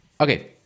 okay